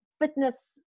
fitness